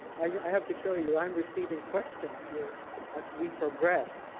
i have to show you, i'm receiving questions here as we progress.